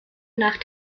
nach